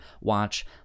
watch